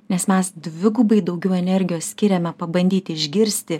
nes mes dvigubai daugiau energijos skiriame pabandyti išgirsti